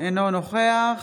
אינו נוכח